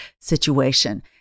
situation